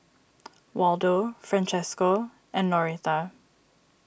Waldo Francesco and Noreta